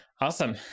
Awesome